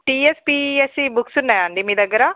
TSPSC books ఉన్నాయా అండి మీ దగ్గర